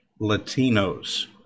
latinos